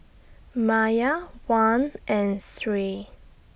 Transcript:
Maya Wan and Sri